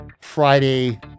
Friday